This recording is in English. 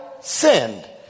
sinned